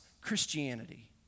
Christianity